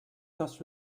cost